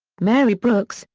mary brooks,